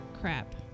Crap